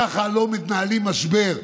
ככה לא מנהלים משבר.